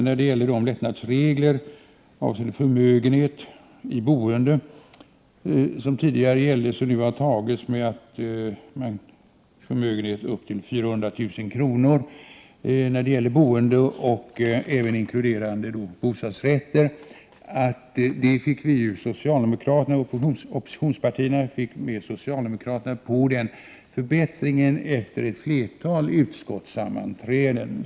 När det gäller de lättnader i reglerna avseende förmögenhet i boende som har antagits och som nu innebär ett undantag för förmögenhet upp till 400 000 kr., även inkluderande bostadsrätter, vill jag erinra om att det var oppositionspartierna som efter ett flertal utskottssammanträden fick socialdemokraterna att gå med på förbättringen.